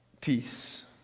peace